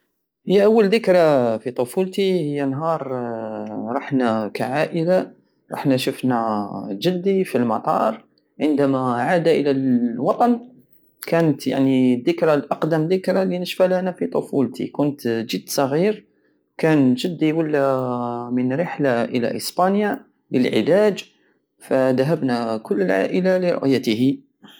هي اول دكرى في طفولتي هي نهار رحنا كعائلة رحنا شفنا جدي فالمطار عندما عاد الى الوطن كانت يعني الدكرى- الاقدم دكرى الي نشفالها انا في طفولتي كنت جد صغير كان جدي ولى من رحلة الى اسبانية للعلاج دهبنا كل العائلة لرايته